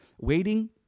Waiting